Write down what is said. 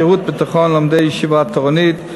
שירות ביטחון ללומדי ישיבה תורנית,